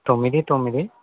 తొమ్మిది తొమ్మిది